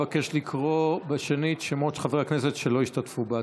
אבקש לקרוא שנית שמות חברי הכנסת שלא השתתפו בהצבעה.